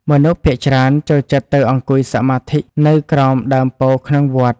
មនុស្សភាគច្រើនចូលចិត្តទៅអង្គុយសមាធិនៅក្រោមដើមពោធិ៍ក្នុងវត្ត។